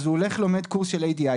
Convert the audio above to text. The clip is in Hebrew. הוא הולך ולומד קורס של ADI,